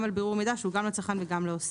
על בירור מידע שהוא גם לצרכן וגם לעוסק.